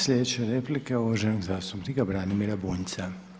Sljedeća replika je uvažena zastupnika Branimira Bunjca.